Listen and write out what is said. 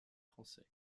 français